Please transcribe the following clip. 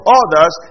others